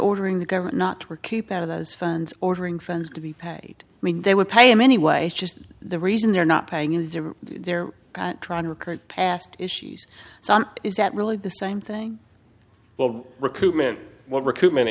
ordering the government not to keep out of those funds ordering funds to be paid i mean they would pay him anyway just the reason they're not paying him they're trying to record past issues is that really the same thing well recruitment recruitment